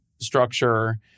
structure